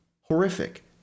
Horrific